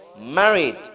married